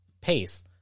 pace